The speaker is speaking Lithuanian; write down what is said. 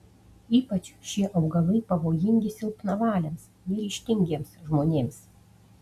ypač šie augalai pavojingi silpnavaliams neryžtingiems žmonėms